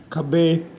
ਖੱਬੇ